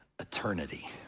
Eternity